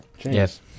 yes